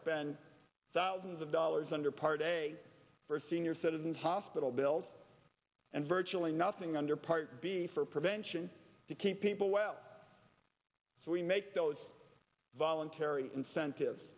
spend thousands of dollars under par day for senior citizens hospital bills and virtually nothing under part b for prevention to keep people well so we make those voluntary incentives